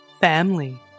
Family